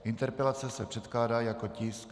Interpelace se předkládá jako tisk 1049.